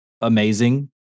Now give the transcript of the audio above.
amazing